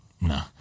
No